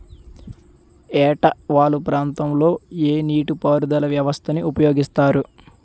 ఏట వాలు ప్రాంతం లొ ఏ నీటిపారుదల వ్యవస్థ ని ఉపయోగిస్తారు?